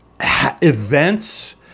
events